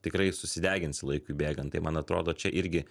tikrai susideginsi laikui bėgant tai man atrodo čia irgi